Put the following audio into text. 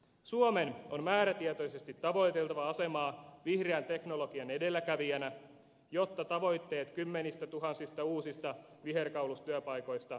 suomen on määrätietoisesti tavoiteltava asemaa vihreän teknologian edelläkävijänä jotta tavoitteet kymmenistätuhansista uusista viherkaulustyöpaikoista voivat toteutua